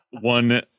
one